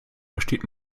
versteht